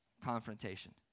confrontation